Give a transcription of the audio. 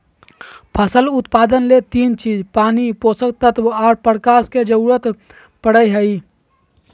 फसल उत्पादन ले तीन चीज पानी, पोषक तत्व आर प्रकाश के जरूरत पड़ई हई